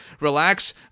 relax